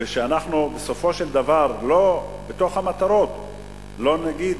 ושאנחנו בסופו של דבר בתוך המטרות לא נגיד